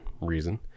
reason